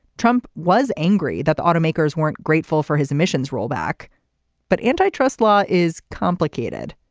trump was angry that the automakers weren't grateful for his emissions rollback but antitrust law is complicated.